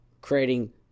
creating